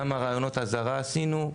כמה ראיונות אזהרה עשינו,